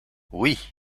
oui